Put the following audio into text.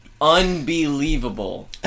Unbelievable